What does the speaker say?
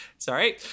Sorry